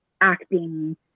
acting